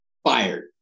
fired